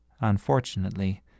Unfortunately